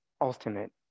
ultimate